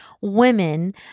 Women